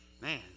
Man